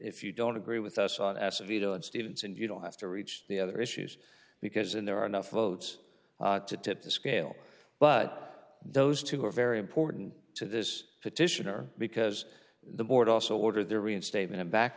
if you don't agree with us on acevedo and stevens and you don't have to reach the other issues because in there are enough votes to tip the scale but those two are very important to this petitioner because the board also ordered their reinstatement back